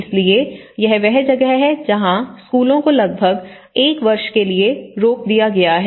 इसलिए यह वह जगह है जहाँ स्कूलों को लगभग एक वर्ष के लिए रोक दिया गया है